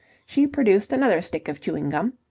she produced another stick of chewing-gum,